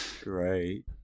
great